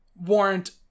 warrant